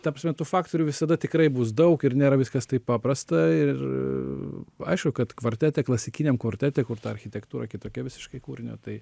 ta prasme tų faktorių visada tikrai bus daug ir nėra viskas taip paprasta ir aišku kad kvartete klasikiniam kvartete kur ta architektūra kitokia visiškai kūrinio tai